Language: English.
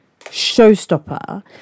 showstopper